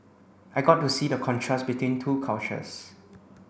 I got to see the contrast between two cultures